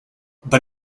but